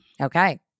Okay